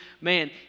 Man